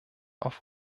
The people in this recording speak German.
auf